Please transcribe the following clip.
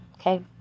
okay